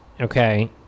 Okay